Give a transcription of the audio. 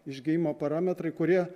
išgijimo parametrai kurie